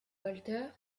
walter